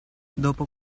dopo